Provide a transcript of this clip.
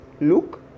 Look